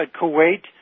Kuwait